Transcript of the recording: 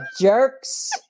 Jerks